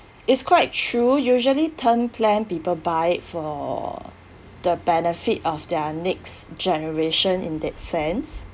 it's quite true usually term plan people buy it for the benefit of their next generation in that sense